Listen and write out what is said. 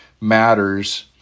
matters